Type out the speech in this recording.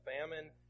Famine